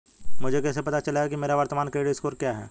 मुझे कैसे पता चलेगा कि मेरा वर्तमान क्रेडिट स्कोर क्या है?